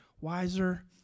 wiser